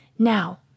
Now